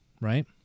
right